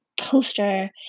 poster